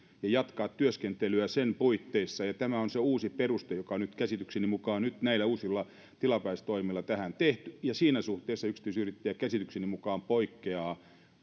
ja jatkaa työskentelyä sen puitteissa ja tämä on se uusi peruste joka on käsitykseni mukaan nyt näillä uusilla tilapäistoimilla tähän tehty ja siinä suhteessa yksityisyrittäjä käsitykseni mukaan poikkeaa